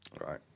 right